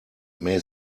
may